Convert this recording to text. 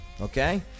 Okay